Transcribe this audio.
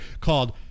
called